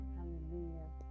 Hallelujah